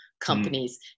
companies